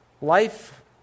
life